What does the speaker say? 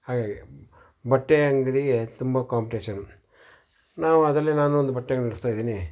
ಹಾಗಾಗಿ ಬಟ್ಟೆ ಅಂಗಡಿಗೆ ತುಂಬ ಕಾಂಪ್ಟೇಷನ್ ನಾವು ಅದರಲ್ಲಿ ನಾನೊಂದು ಬಟ್ಟೆ ಅಂಗ್ಡಿ ನಡೆಸ್ತಾ ಇದ್ದೀನಿ